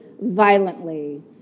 violently